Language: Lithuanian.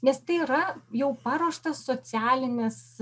nes tai yra jau paruoštas socialinis